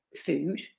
food